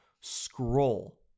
scroll